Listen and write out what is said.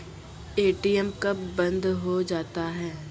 ATM कब बंद हो जाता हैं?